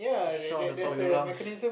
shout at the top of your lungs